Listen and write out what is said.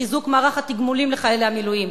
חיזוק מערך התגמולים לחיילי המילואים,